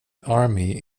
army